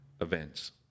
events